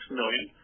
million